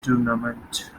tournament